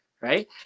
right